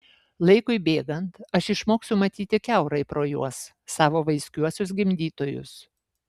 laikui bėgant aš išmoksiu matyti kiaurai pro juos savo vaiskiuosius gimdytojus